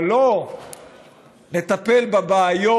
אבל לא נטפל בבעיות,